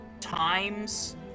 times